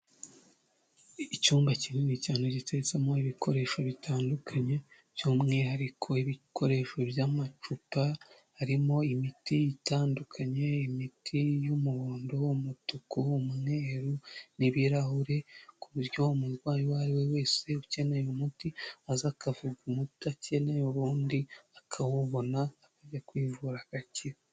Icyumba kinini cyane giteretsemo ibikoresho bitandukanye, by'umwihariko ibikoresho by'amacupa arimo imiti itandukanye, imiti y'umuhondo, umutuku, umweru n'ibirahuri, ku buryo umurwayi uwo ari we wese ukeneye umuti aza akavuga umuti akeneye, ubundi akawubona akajya kwivura agakira.